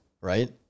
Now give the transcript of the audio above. right